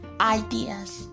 ideas